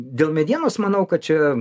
dėl medienos manau kad čia